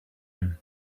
him